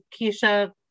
keisha